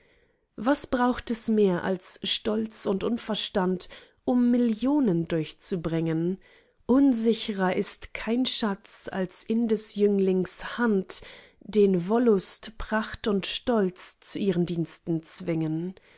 was braucht es mehr als stolz und unverstand um millionen durchzubringen unsichrer ist kein schatz als in des jünglings hand den wollust pracht und stolz zu ihren diensten zwingen